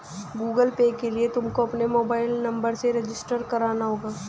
Google Pay के लिए तुमको अपने मोबाईल नंबर से रजिस्टर करना होगा